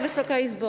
Wysoka Izbo!